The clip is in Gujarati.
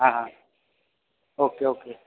હા હા ઓકે ઓકે